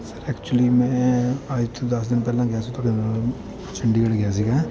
sir actually ਮੈਂ ਅੱਜ ਤੋਂ ਦਸ ਦਿਨ ਪਹਿਲਾਂ ਗਿਆ ਸੀ ਤੁਹਾਡੇ ਨਾਲ ਚੰਡੀਗੜ੍ਹ ਗਿਆ ਸੀਗਾ